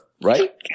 right